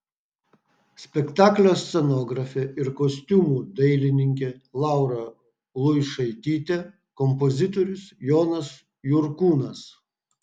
spektaklio scenografė ir kostiumų dailininkė laura luišaitytė kompozitorius jonas jurkūnas